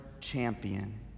champion